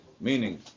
Meaning